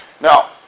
Now